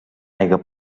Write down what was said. aigua